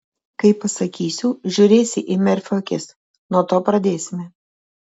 kai pasakysiu žiūrėsi į merfio akis nuo to pradėsime